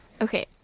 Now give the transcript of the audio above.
Okay